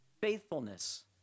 faithfulness